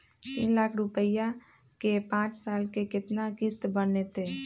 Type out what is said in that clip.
तीन लाख रुपया के पाँच साल के केतना किस्त बनतै?